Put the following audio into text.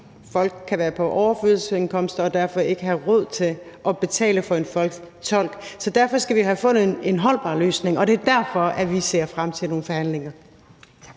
Folk kan være på overførselsindkomst og derfor ikke have råd til at betale for en tolk. Så derfor skal vi have fundet en holdbar løsning. Det er derfor, at vi ser frem til nogle forhandlinger.